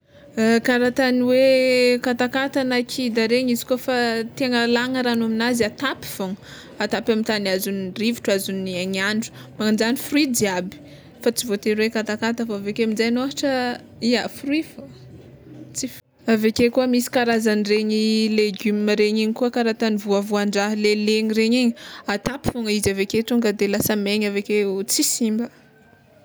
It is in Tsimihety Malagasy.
Kara ta ny hoe katakata na i kida regny izy kôfa tiagna alagna ragno aminazy atapy fôgna, atapy amy tany azon'ny rivotro azon'ny haign'andro, magnanozagny fruit jiaby fa tsy voatery hoe katakata, fa aveke aminjay ohatra fruit fô tsy f- aveke koa misy karazagny regny legioma regny igny koa kara tany voavoandraha le legny regny igny atapy fôgna izy aveke tonga de lasa megny aveke tsy simba.